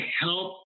help